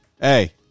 Hey